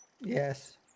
Yes